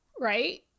right